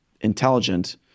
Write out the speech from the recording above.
intelligent